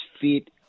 fit